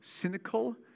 cynical